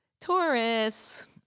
Taurus